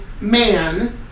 man